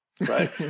right